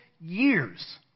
years